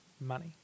money